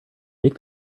make